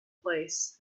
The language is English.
place